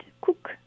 cook